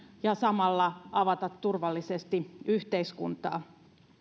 ja samalla avata turvallisesti yhteiskuntaa